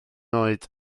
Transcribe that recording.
oed